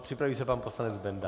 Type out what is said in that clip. Připraví se pan poslanec Benda.